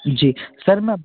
जी sir मैं